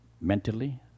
mentally